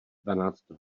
dvanáct